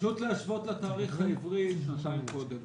--- פשוט להשוות את התאריך העברי שנתיים קודם.